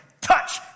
touch